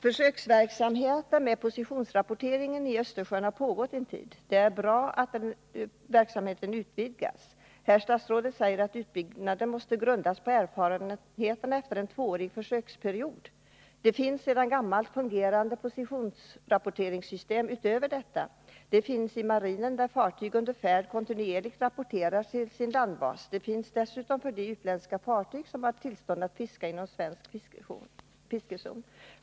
Försöksverksamhet med positionsrapportering har pågått en tid i Östersjön. Det är bra att den verksamheten utvidgas. Herr statsrådet säger att utbyggnaden måste grundas på erfarenheterna efter en tvåårig försökspe Nr 74 riod. Det finns sedan gammalt ett fungerande positionsrapporteringssystem Fredagen den utöver detta. Det finns i marinen, där fartyg under färd kontinuerligt 6 februari 1981 rapporterar till sin landbas. Det finns dessutom för de utländska fartyg som har tillstånd att fiska inom svensk fiskezon.